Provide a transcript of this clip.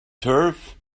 turf